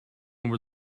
where